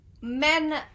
men